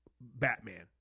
Batman